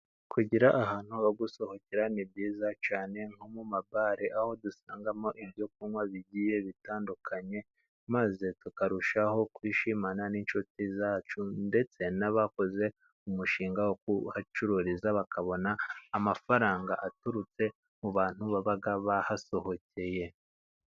Kugira ahantu ho gusohokera ni byiza cyane nko mu mabare, aho dusangamo ibyo kunywa bigiye bitandukanye ,maze tukarushaho kwishimana n'inshuti zacu, ndetse n'abakoze umushinga wo kuhacururiza, bakabona amafaranga aturutse mu bantu baba bahasohokeye.